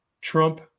Trump